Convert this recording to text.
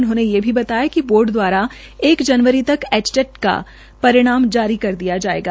उन्होंने ये भी बताया कि बोर्ड द्वारा एक जनवरी तक एचटेट का परिणाम जारी कर दिया जायेगा